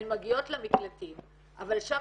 הן מגיעות למקלטים אבל שם